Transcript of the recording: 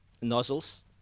nozzles